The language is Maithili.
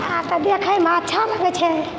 आब तऽ देखयमे अच्छा लगै छै